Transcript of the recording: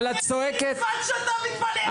אבל את צועקת ------ בזמן שאתה מתפלל.